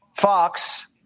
Fox